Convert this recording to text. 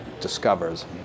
discovers